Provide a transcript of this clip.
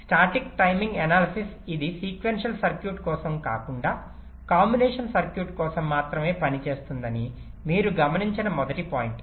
static timing analysis ఇది sequential circuit కోసం కాకుండా కాంబినేషన్ సర్క్యూట్ కోసం మాత్రమే పనిచేస్తుందని మీరు గమనించిన మొదటి పాయింట్